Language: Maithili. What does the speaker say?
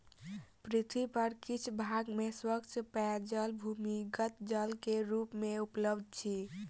पृथ्वी पर किछ भाग में स्वच्छ पेयजल भूमिगत जल के रूप मे उपलब्ध अछि